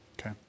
Okay